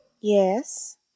Yes